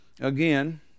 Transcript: again